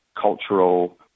cultural